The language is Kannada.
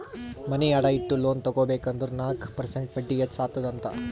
ಮನಿ ಅಡಾ ಇಟ್ಟು ಲೋನ್ ತಗೋಬೇಕ್ ಅಂದುರ್ ನಾಕ್ ಪರ್ಸೆಂಟ್ ಬಡ್ಡಿ ಹೆಚ್ಚ ಅತ್ತುದ್ ಅಂತ್